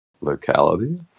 locality